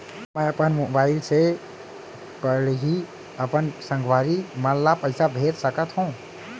का मैं अपन मोबाइल से पड़ही अपन संगवारी मन ल पइसा भेज सकत हो?